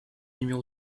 numéro